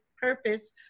purpose